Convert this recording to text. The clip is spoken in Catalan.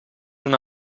una